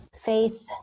faith